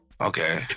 Okay